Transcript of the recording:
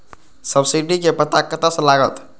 Subsidy के पता कतय से लागत?